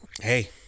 Hey